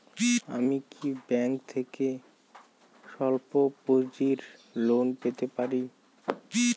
আমি কি ব্যাংক থেকে স্বল্প পুঁজির লোন পেতে পারি?